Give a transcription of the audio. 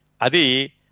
Adi